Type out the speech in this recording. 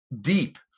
deep